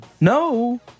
No